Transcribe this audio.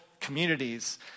communities